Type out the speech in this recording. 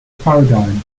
paradigm